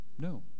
No